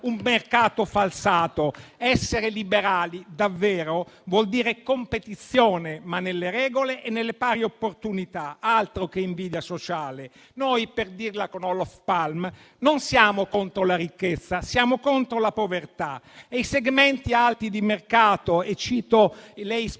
un mercato falsato. Essere liberali davvero vuol dire competizione, ma nelle regole e nelle pari opportunità. Altro che invidia sociale! Noi, per dirla con Olof Palme, non siamo contro la ricchezza, ma siamo contro la povertà e i segmenti alti di mercato, fra cui cito